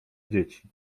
dzieci